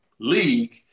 league